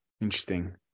Interesting